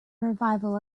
revival